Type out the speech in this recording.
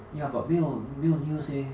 ya but 没有没有 news leh